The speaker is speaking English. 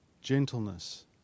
gentleness